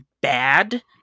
bad